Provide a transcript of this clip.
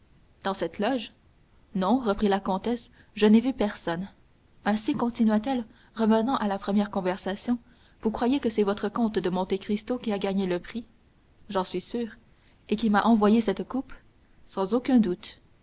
dans cette loge non reprit la comtesse je n'ai vu personne ainsi continua-t-elle revenant à la première conversation vous croyez que c'est votre comte de monte cristo qui a gagné le prix j'en suis sûr et qui m'a envoyé cette coupe sans aucun doute